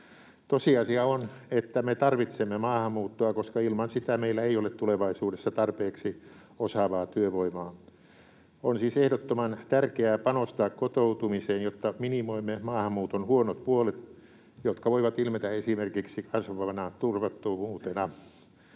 Tosiasia on, että me tarvitsemme maahanmuuttoa, koska ilman sitä meillä ei ole tulevaisuudessa tarpeeksi osaavaa työvoimaa. On siis ehdottoman tärkeää panostaa kotoutumiseen, jotta minimoimme maahanmuuton huonot puolet, jotka voivat ilmetä esimerkiksi kasvavana turvattomuutena.